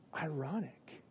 ironic